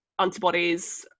antibodies